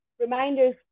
reminders